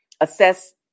assess